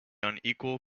unequal